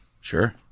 Sure